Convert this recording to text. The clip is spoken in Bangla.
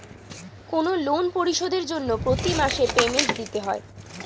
কোনো লোন পরিশোধের জন্য প্রতি মাসে পেমেন্ট দিতে হয়